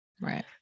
Right